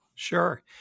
Sure